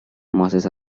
masses